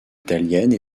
italienne